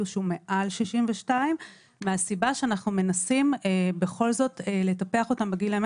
שהוא מעל 62 מהסיבה שאנחנו מנסים בכל זאת לטפח אותם בגילאים